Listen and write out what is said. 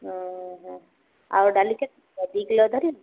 ଓହୋ ଆଉ ଡ଼ାଲି କେତେ କିଲୋ ଦୁଇ କିଲୋ ଧରିବ